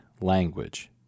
language